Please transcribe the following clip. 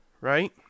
right